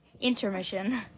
intermission